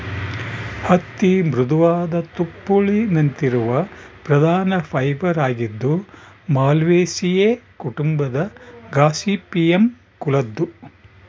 ಹತ್ತಿ ಮೃದುವಾದ ತುಪ್ಪುಳಿನಂತಿರುವ ಪ್ರಧಾನ ಫೈಬರ್ ಆಗಿದ್ದು ಮಾಲ್ವೇಸಿಯೇ ಕುಟುಂಬದ ಗಾಸಿಪಿಯಮ್ ಕುಲದ್ದು